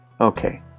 Okay